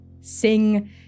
Sing